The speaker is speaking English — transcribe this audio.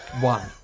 One